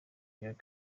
hillary